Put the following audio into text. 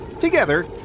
together